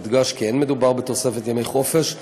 יודגש כי אין מדובר בתוספת ימי חופשה,